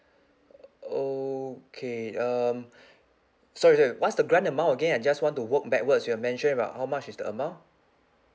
okay um sorry sorry what's the grant amount again I just want to work backwards you have mentioned about how much is the amount